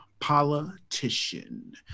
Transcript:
politician